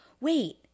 wait